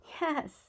Yes